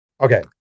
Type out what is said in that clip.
Okay